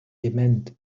dement